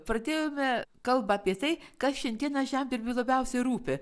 pradėjome kalbą apie tai kas šiandieną žemdirbiui labiausiai rūpi